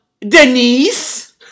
Denise